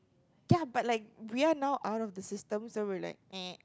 ya but we are now out of the system so we're like eh